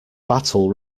battle